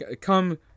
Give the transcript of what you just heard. come